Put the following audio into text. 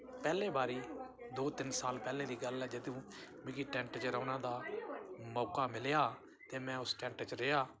पैह्ले बारी दो तिन साल पैह्लें दी गल्ल ऐ जदूं मिगी टैंट च रौह्ने दा मौका मिलेआ ते में उस टैंट च रेहा